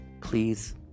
please